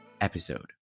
episode